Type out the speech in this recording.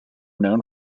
known